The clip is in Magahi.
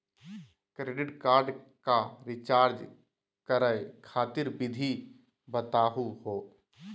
क्रेडिट कार्ड क रिचार्ज करै खातिर विधि बताहु हो?